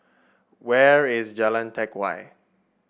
where is Jalan Teck Whye